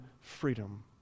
freedom